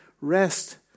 rest